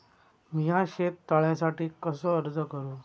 मीया शेत तळ्यासाठी कसो अर्ज करू?